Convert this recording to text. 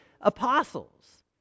apostles